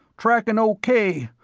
trackin' o k.